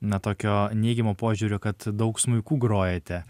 na tokio neigiamo požiūrio kad daug smuiku grojate